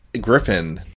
griffin